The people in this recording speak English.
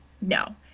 No